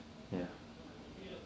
ya